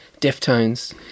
Deftones